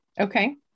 Okay